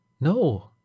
No